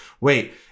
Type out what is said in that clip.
wait